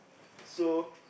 so